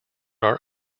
are